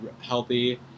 healthy